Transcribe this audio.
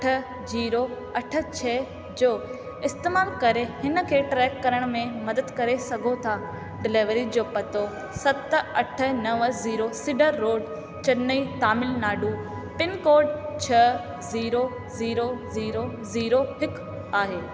अठ जीरो अठ छह जो इस्तेमाल करे हिन खे ट्रैक करण में मदद करे सघो था डिलेवरी जो पतो सत अठ नवं zero cedar road Chennai Tamil Nadu pin code छह ज़ीरो ज़ीरो ज़ीरो ज़ीरो हिकु आहे